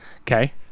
Okay